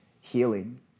healing